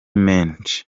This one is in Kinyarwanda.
menshi